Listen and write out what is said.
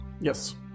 Yes